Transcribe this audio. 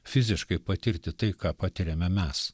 fiziškai patirti tai ką patiriame mes